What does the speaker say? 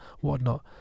whatnot